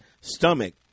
stomach